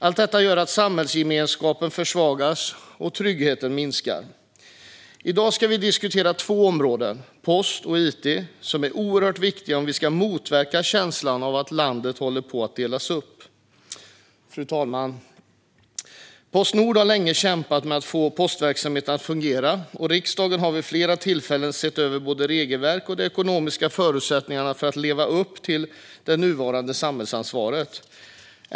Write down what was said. Allt detta gör att samhällsgemenskapen försvagas och tryggheten minskar. I dag diskuterar vi två områden, post och it, som är oerhört viktiga om vi ska motverka känslan av att landet håller på att delas upp. Fru talman! Postnord har länge kämpat med att få postverksamheten att fungera, och riksdagen har vid flera tillfällen sett över både regelverk och de ekonomiska förutsättningarna för att Postnord ska kunna leva upp till det nuvarande samhällsansvaret.